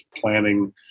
planning